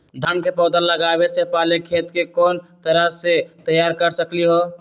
धान के पौधा लगाबे से पहिले खेत के कोन तरह से तैयार कर सकली ह?